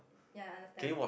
ya understand